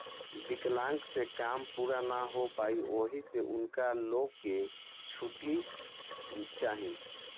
विकलांक से काम पूरा ना हो पाई ओहि से उनका लो के छुट्टी चाही